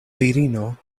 virino